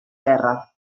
guerra